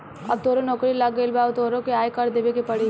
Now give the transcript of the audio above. अब तोहरो नौकरी लाग गइल अब तोहरो के आय कर देबे के पड़ी